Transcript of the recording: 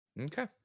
okay